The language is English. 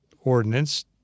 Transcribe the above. ordinance